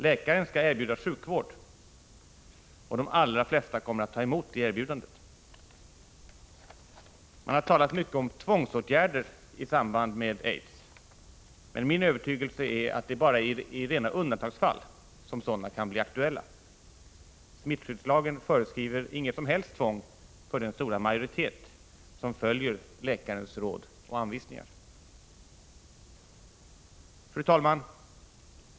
Läkaren skall erbjuda sjukvård, och de allra flesta kommer att ta emot det erbjudandet. Man har talat mycket om tvångsåtgärder i samband med aids, men min övertygelse är att sådana kan bli aktuella bara i rena undantagsfall. Smittskyddslagen föreskriver inget som helst tvång för den stora majoritet som följer läkarens råd och anvisningar. Fru talman!